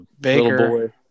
Baker